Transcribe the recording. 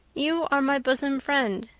you are my bosom friend,